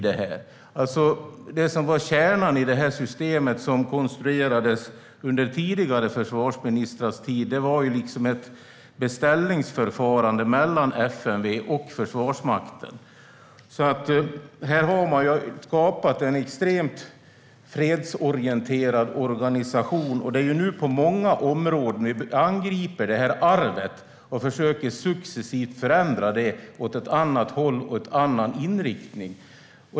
Det som var kärnan i det system som konstruerades under tidigare försvarsministrars tid var ett beställningsförfarande mellan FMV och Försvarsmakten. Man har skapat en extremt fredsorienterad organisation. Vi angriper nu på många områden detta arv, och vi försöker successivt förändra det åt ett annat håll och en annan inriktning.